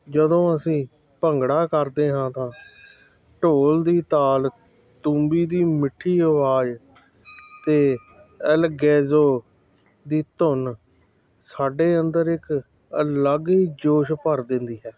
ਜਦੋਂ ਅਸੀਂ ਭੰਗੜਾ ਕਰਦੇ ਹਾਂ ਤਾਂ ਢੋਲ ਦੀ ਤਾਲ ਤੂੰਬੀ ਦੀ ਮਿੱਠੀ ਆਵਾਜ਼ ਅਤੇ ਐਲਗੈਜੋ ਦੀ ਧੁੰਨ ਸਾਡੇ ਅੰਦਰ ਇੱਕ ਅਲੱਗ ਹੀ ਜੋਸ਼ ਭਰ ਦਿੰਦੀ ਹੈ